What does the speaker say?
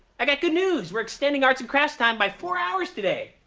i got good news. we're extending arts and crafts time by four hours today.